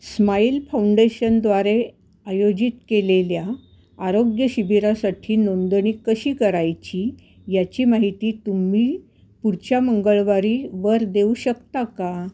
smile फौंडेशनद्वारे आयोजित केलेल्या आरोग्यशिबिरासाठी नोंदणी कशी करायची याची माहिती तुम्ही पुढच्या मंगळवारी वर देऊ शकता का